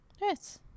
yes